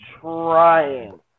trying